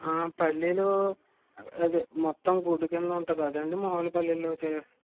పల్లీలు అదే మొత్తం గుడ్డు కింద ఉంటుంది అదా అండి మాములు పల్లీలు